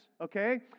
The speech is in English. okay